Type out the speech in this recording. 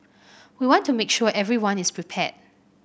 we want to make sure everyone is prepared